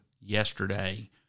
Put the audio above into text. yesterday